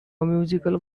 musical